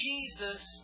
Jesus